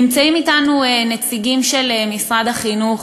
נמצאים אתנו נציגים של משרד החינוך,